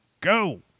go